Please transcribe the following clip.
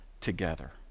together